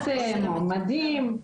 המתקבלים?